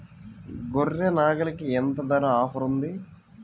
గొర్రె, నాగలికి ఎంత ధర ఆఫర్ ఉంది?